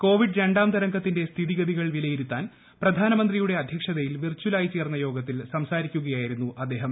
Covid രണ്ടാം തരംഗത്തിന്റെ സ്ഥിതിഗതികൾ വിലയിരുത്താൻ പ്രധാനമന്ത്രിയുടെ അധ്യൂക്ഷതയിൽ വിർച്ചലായി ചേർന്ന യോഗത്തിൽ സംസാരിക്കുകയായിരുന്നു അദ്ദേഹം